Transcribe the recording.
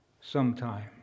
sometime